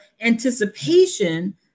anticipation